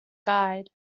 guide